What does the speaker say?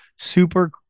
super